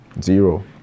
Zero